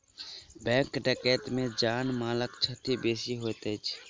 bank डकैती मे जान मालक क्षति बेसी होइत अछि